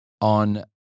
on